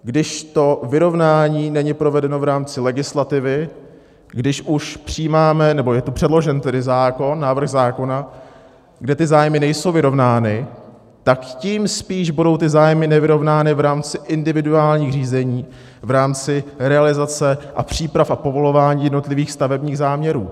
Když to vyrovnání není provedeno v rámci legislativy, když už přijímáme, nebo je předložen návrh zákona, kde ty zájmy nejsou vyrovnány, tak tím spíš budou ty zájmy nevyrovnány v rámci individuálních řízení, v rámci realizace a příprav a povolování jednotlivých stavebních záměrů.